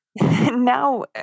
Now